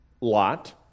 Lot